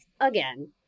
again